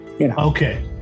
Okay